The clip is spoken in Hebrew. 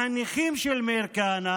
החניכים של מאיר כהנא,